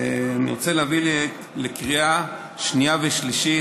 אני רוצה להביא לקריאה השנייה והשלישית